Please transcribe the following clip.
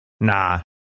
Nah